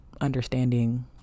understanding